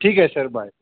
ठीक आहे sir bye